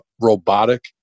robotic